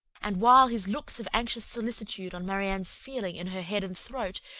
and while his looks of anxious solicitude on marianne's feeling, in her head and throat,